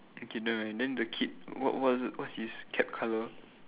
okay then the kid what what what is it what's his cap colour